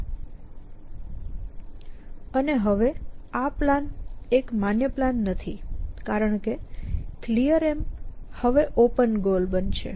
અને હવે મારો પ્લાન તે માન્ય પ્લાન નથી કારણ કે Clear હવે ઓપન ગોલ બનશે